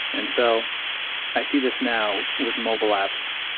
and so i see this now with mobile apps.